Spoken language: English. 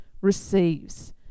receives